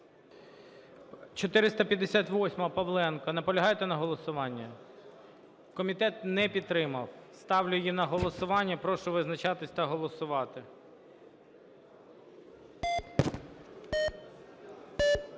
458-а, Павленко. Наполягаєте на голосуванні? Комітет не підтримав. Ставлю її на голосування. Прошу визначатися та голосувати.